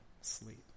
sleep